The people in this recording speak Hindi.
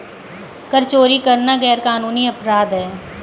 कर चोरी करना गैरकानूनी अपराध है